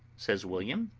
says william.